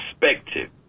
perspective